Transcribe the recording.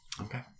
Okay